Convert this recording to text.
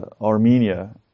Armenia